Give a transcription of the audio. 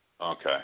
Okay